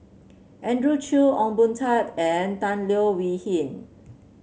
Andrew Chew Ong Boon Tat and Tan Leo Wee Hin